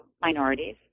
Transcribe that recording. minorities